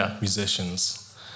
musicians